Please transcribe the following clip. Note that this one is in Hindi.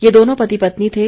ये दोनों पति पत्नी थे